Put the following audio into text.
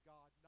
God